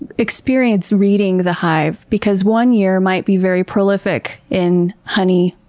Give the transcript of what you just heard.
experience reading the hive because one year might be very prolific in honey